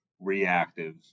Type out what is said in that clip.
reactive